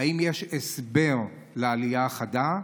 2. האם יש הסבר לעלייה החדה?